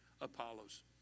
Apollos